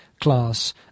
class